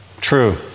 True